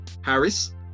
Harris